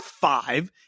five